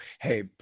hey